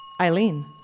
Eileen